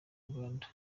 uganda